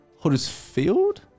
Huddersfield